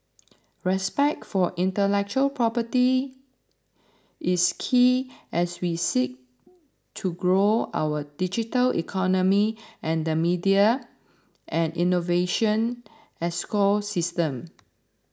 respect for intellectual property is key as we seek to grow our digital economy and the media and innovation ecosystems